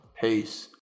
Peace